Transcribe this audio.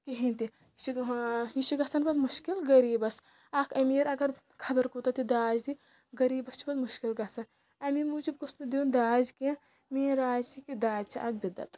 کِہینۍ تہِ یہِ چھُ یہِ چھُ گژھان پَتہٕ مُشکل غریٖبَس اَکھ امیٖر اگر خبر کوٗتاہ تہِ داج دی غریٖبَس چھِ پَتہٕ مُشکل گژھان اَمی موٗجوٗب گوٚژھ نہٕ دیُٚن داج کینٛہہ میٛٲنۍ راے چھِ کہ داج چھِ اَکھ بِدعت